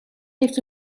heeft